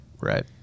Right